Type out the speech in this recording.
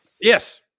Yes